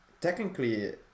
technically